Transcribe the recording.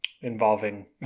involving